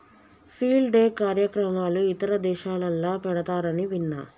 field day కార్యక్రమాలు ఇతర దేశాలల్ల పెడతారని విన్న